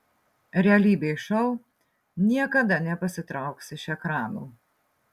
realybės šou niekada nepasitrauks iš ekranų